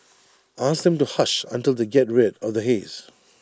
ask them to hush until they get rid of the haze